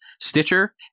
Stitcher